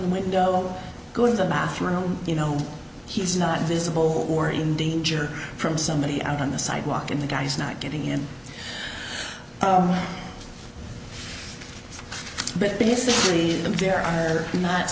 the window going to the bathroom you know he's not visible or in danger from somebody out on the sidewalk and the guy's not getting in but basically there are not